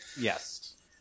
Yes